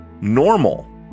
normal